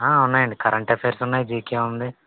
ఉన్నాయండి current affairs ఉన్నాయి GK ఉంది